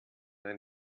ein